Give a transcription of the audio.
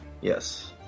Yes